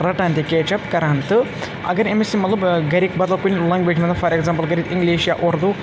رَٹان تہِ catch up کَران تہٕ اگر أمِس مطلب گَرِکۍ بدل کُنہِ لنٛگویج منٛز فار ایٚگزامپٕل کَرِ اِنٛگلِش یا اردوٗ